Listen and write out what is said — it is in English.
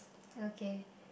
okay